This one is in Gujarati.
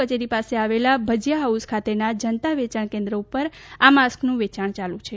કચેરી પાસે આવેલ ભજીયા હાઉસ ખાતેના જનતા વેચાણ કેન્દ્ર ઉપર આ માસ્કનું વેચાણ યાલું છે